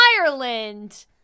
Ireland